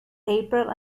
april